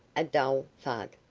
a dull thud!